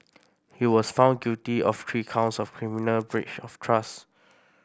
he was found guilty of three counts of criminal breach of trust